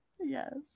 yes